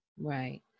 Right